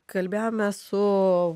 kalbėjome su